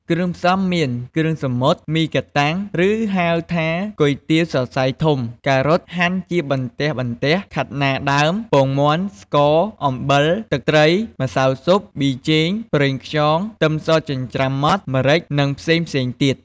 គ្រឿងផ្សំមាន គ្រឿងសមុទ្រ មីកាតាំង ឬហៅថាគុយទាវសសៃធំ ការ៉ុតហាន់ជាបន្ទះៗ ខាត់ណាដើម ពងមាន់ ស្ករ អំបិល ទឹកត្រី ម្សៅស៊ុប ប៊ីចេង ប្រេងខ្យង ខ្ទឹមសចិញ្ច្រាំម៉ដ្ឋ ម្រេចនិងផ្សេងៗទៀត។